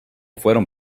fueron